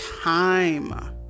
time